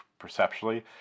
perceptually